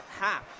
half